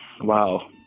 Wow